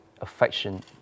affection